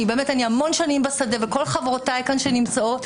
אני באמת המון שנים בשדה וכל חברותי כאן שנמצאות,